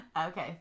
Okay